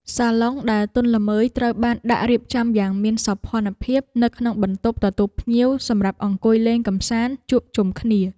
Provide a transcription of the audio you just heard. សាឡុងដែលទន់ល្មើយត្រូវបានដាក់រៀបចំយ៉ាងមានសោភ័ណភាពនៅក្នុងបន្ទប់ទទួលភ្ញៀវសម្រាប់អង្គុយលេងកម្សាន្តជួបជុំគ្នា។